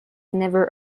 never